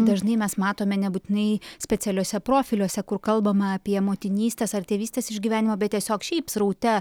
dažnai mes matome nebūtinai specialiuose profiliuose kur kalbama apie motinystės ar tėvystės išgyvenimą bet tiesiog šiaip sraute